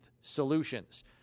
solutions